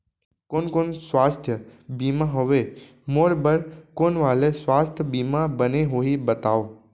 कोन कोन स्वास्थ्य बीमा हवे, मोर बर कोन वाले स्वास्थ बीमा बने होही बताव?